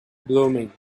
blooming